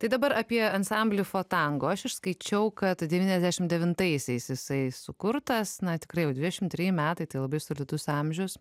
tai dabar apie ansamblį for tango aš išskaičiau kad devyniasdešim devintaisiais jisai sukurtas na tikrai jau dvidešim treji metai tai labai solidus amžius